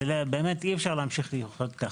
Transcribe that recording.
באמת אי אפשר להמשיך לחיות כך.